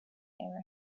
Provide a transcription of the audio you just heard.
hero